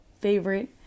favorite